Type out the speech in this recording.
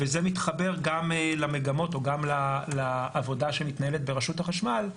זה מתחבר גם לעבודה שמתנהלת ברשות החשמל,